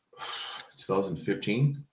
2015